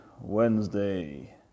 Wednesday